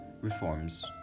reforms